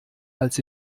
als